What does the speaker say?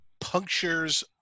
punctures